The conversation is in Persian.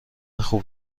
خوب